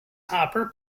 hopper